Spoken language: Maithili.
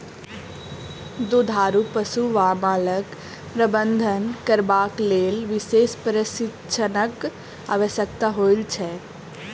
दुधारू पशु वा मालक प्रबंधन करबाक लेल विशेष प्रशिक्षणक आवश्यकता होइत छै